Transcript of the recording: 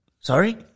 Sorry